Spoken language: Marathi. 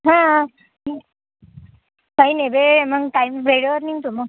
हा काही नाही बे मग टाइम वेळेवर निघतो मग